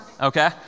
okay